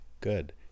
good